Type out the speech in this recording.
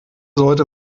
sollte